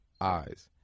eyes